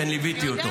כי אני ליוויתי פה,